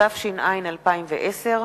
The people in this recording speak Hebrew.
התש"ע 2010,